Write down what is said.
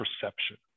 perception